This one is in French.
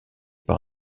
par